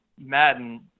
madden